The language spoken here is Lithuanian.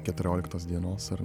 keturioliktos dienos ir